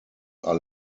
are